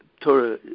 Torah